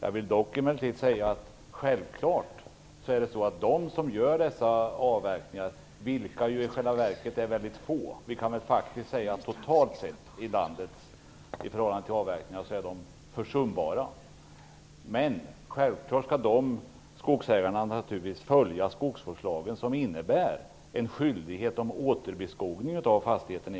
Totalt sett i förhållande till antalet avverkningar i landet är den här typen av avverkningar i själva verket försumbara. Men skogsägarna skall självfallet följa skogsvårdslagen, vilket innebär en skyldighet att återbeskoga fastigheten.